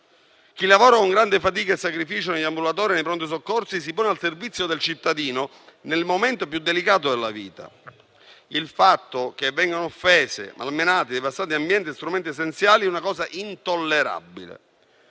Chi lavora con grande fatica e sacrificio negli ambulatori e nei pronto soccorso si pone al servizio del cittadino nel momento più delicato della vita. Il fatto che vengano offesi, malmenati e devastati ambienti e strumenti essenziali è una cosa intollerabile.